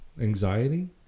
anxiety